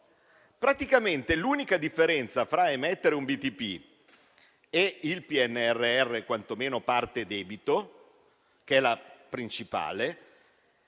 Praticamente l'unica differenza fra emettere un BTP e il PNRR, quantomeno per la parte debito (che è la principale),